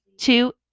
two